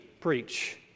preach